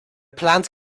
plant